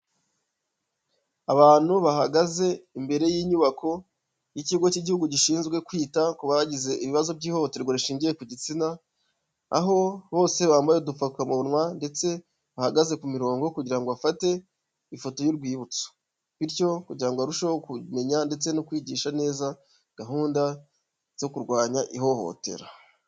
Abantu bahagaze imbere y'inyubako y'ikigo cy'igihugu gishinzwe kwita ku bagize ibibazo by'ihohoterwa rishingiye ku gitsina, aho bose bambaye udupfakamunwa ndetse bahagaze ku mirongo kugira ngo bafate ifoto y'urwibutso, bityo kugira ngo barusheho kumenya ndetse no kwigisha neza gahunda zo kurwanya ihohotera.